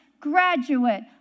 graduate